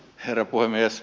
herra puhemies